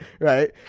Right